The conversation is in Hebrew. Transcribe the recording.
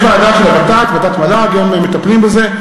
יש ועדה של הוות"ת, ות"ת ומל"ג, הם מטפלים בזה.